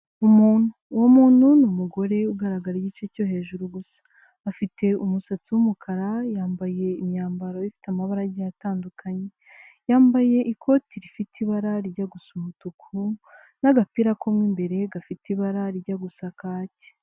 Umuntu. Uwo muntu ni umugore ugaragara igice cyo hejuru gusa. Afite umusatsi w'umukara, yambaye imyambaro ifite amabara agiye atandukanye. Yambaye ikoti rifite ibara rijya gusa umutuku n'agapira mo imbere, gafite ibara rijya gusa kacyi.